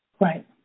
Right